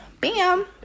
Bam